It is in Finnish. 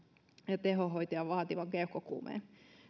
ja tehohoitoa vaativan keuhkokuumeen